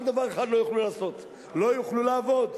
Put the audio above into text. רק דבר אחד לא יוכלו לעשות: לא יוכלו לעבוד.